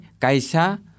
kaisa